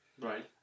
right